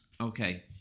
okay